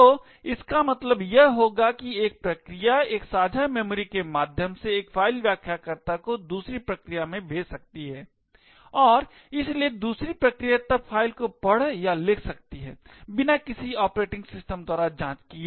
तो इसका मतलब यह होगा कि एक प्रक्रिया एक साझा मेमोरी के माध्यम से एक फाइल व्याख्याकर्ता को दूसरी प्रक्रिया में भेज सकती है और इसलिए दूसरी प्रक्रिया तब फाइल को पढ़ या लिख सकती है बिना किसी ऑपरेटिंग सिस्टम द्वारा जांच किए